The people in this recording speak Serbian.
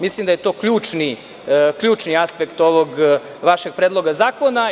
Mislim da je to ključni aspekt ovog vašeg predloga zakona.